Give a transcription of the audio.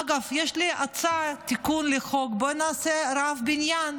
אגב, יש לי הצעה, תיקון לחוק: בואו נעשה רב בניין.